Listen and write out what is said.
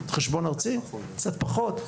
קצת פחות.